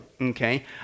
okay